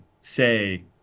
say